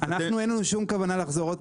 אין לנו כוונה לחזור.